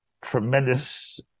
tremendous